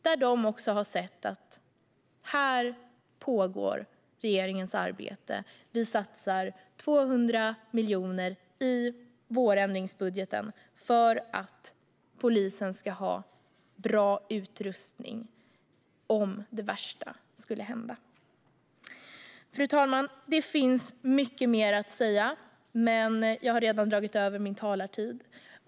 De har också sett att regeringens arbete pågår här. Vi satsar 200 miljoner i vårändringsbudgeten för att polisen ska ha bra utrustning om det värsta skulle hända. Fru talman! Det finns mycket mer att säga, men jag har redan dragit över min talartid.